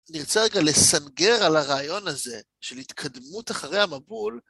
נרצה רגע לסנגר על הרעיון הזה של התקדמות אחרי המבול.